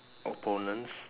opponents